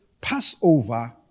Passover